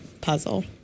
puzzle